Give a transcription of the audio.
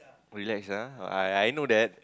relax ah I I know that